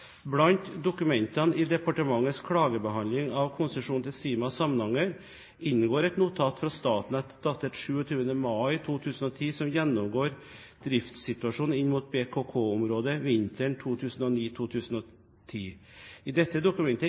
Blant dokumentene i departementets klagebehandling av konsesjonen til Sima–Samnanger inngår et notat fra Statnett datert 27. mai 2010 som gjennomgår driftssituasjonen inn mot BKK-området vinteren 2009–2010. I dette dokumentet